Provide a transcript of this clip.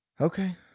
Okay